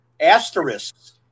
asterisks